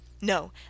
No